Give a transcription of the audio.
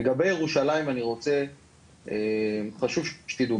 לגבי ירושלים, חשוב שתדעו.